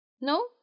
No